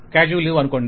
casual leave అనుకోండి